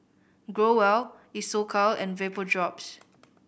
Growell Isocal and Vapodrops